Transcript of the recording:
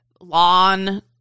lawn